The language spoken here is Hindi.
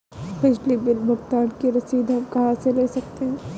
बिजली बिल भुगतान की रसीद हम कहां से ले सकते हैं?